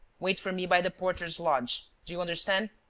wait for me by the porter's lodge. do you understand?